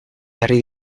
jarri